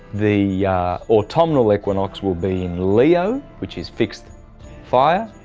the autumnal equinox will be in leo, which is fixed fire.